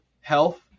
Health